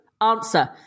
answer